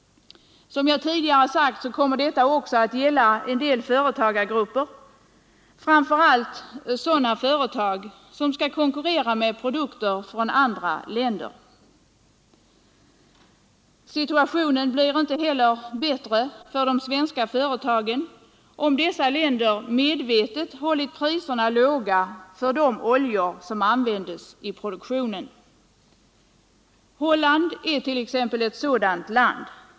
Som jag tidigare sagt kommer detta också att gälla en del företagargrupper, framför allt sådana företag som skall konkurrera med produkter från andra länder. Situationen blir inte heller bättre för de svenska företagen, om dessa länder medvetet hållit priserna låga på de oljor som används i produktionen. Holland är ett sådant land.